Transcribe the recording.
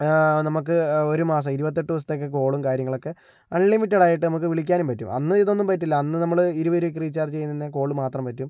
നമുക്ക് ഒരു മാസം ഇരുപത്തെട്ട് ദിവസത്തേക്കൊക്കെ കോളും കാര്യങ്ങളൊക്കെ അൺലിമിറ്റഡ് ആയിട്ട് നമുക്ക് വിളിക്കാനും പറ്റും അന്ന് ഇതൊന്നും പറ്റില്ല അന്ന് നമ്മള് ഇരുപത് രൂപയ്ക്കു റീചാർജ് ചെയ്യുന്നേൽ കോള് മാത്രം പറ്റും